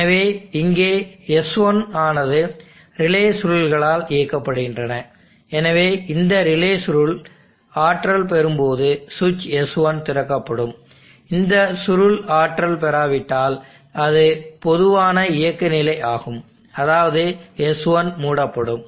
எனவே இங்கே S1 ஆனது ரிலே சுருள்களால் இயக்கப்படுகின்றன எனவே இந்த ரிலே சுருள் ஆற்றல் பெறும்போது சுவிட்ச் S1 திறக்கப்படும் இந்த சுருள் ஆற்றல் பெறாவிட்டால் அது பொதுவான இயக்க நிலை ஆகும் அதாவது S1 மூடப்படும்